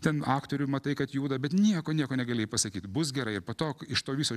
ten aktorių matai kad juda bet nieko nieko negalėjai pasakyt bus gerai po to iš to viso